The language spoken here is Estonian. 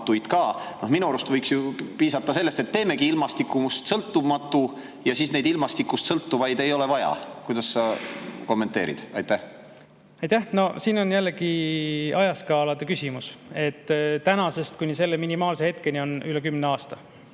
Minu arust võiks ju piisata sellest, et teemegi ilmastikust sõltumatu, ja siis neid ilmastikust sõltuvaid ei ole vaja. Kuidas sa kommenteerid? Aitäh! No siin on jällegi ajaskaalade küsimus. Tänasest selle [rajamise] hetkeni on minimaalselt